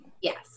Yes